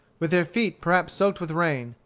with their feet perhaps soaked with rain,